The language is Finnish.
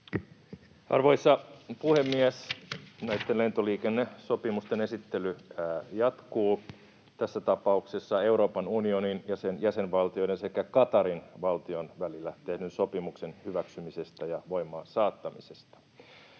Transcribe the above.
Arvoisa puhemies! Näitten lentoliikennesopimusten esittely jatkuu, tässä tapauksessa Euroopan unionin ja sen jäsenvaltioiden sekä Qatarin valtion välillä tehdyn sopimuksen hyväksymisestä ja voimaansaattamisesta.